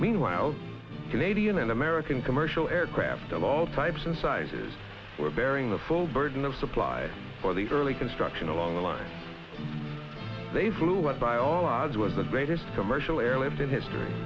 meanwhile the canadian and american commercial aircraft of all types and sizes were bearing the full burden of supplies for the early construction along the lines they flew but by all odds was the greatest commercial airlift in history